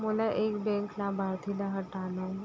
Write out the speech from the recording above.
मोला एक बैंक लाभार्थी ल हटाना हे?